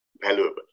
valuable